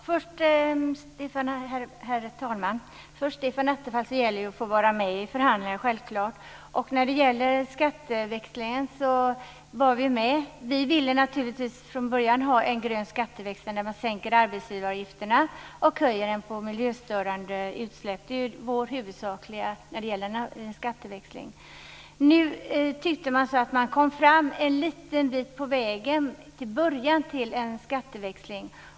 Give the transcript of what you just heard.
Herr talman! Först gäller det att få vara med i förhandlingarna, Stefan Attefall. Vi ville naturligtvis från början ha en grön skatteväxling där man sänker arbetsgivaravgifterna och höjer skatten på miljöstörande utsläpp. Det är vår huvudsakliga linje när det gäller skatteväxling. Nu kom vi en liten bit på vägen med en början till en skatteväxling.